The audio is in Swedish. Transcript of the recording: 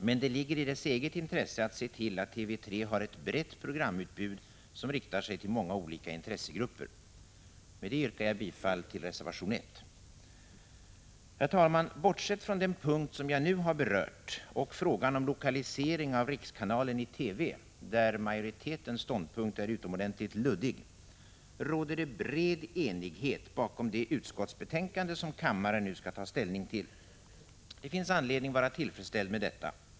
Det ligger emellertid i dess eget intresse att se till att TV 3 har ett brett programutbud som riktar sig till många olika intressegrupper. Med detta yrkar jag bifall till reservation 1. Herr talman! Bortsett från den punkt som jag nu berört och frågan om lokalisering av rikskanalen i TV, där majoritetens ståndpunkt är utomordentligt luddig, råder det bred enighet bakom det utskottsbetänkande som kammaren nu skall ta ställning till. Det finns anledning att vara tillfredsställd med detta.